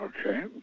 Okay